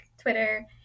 Twitter